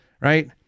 right